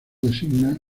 designa